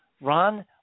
Ron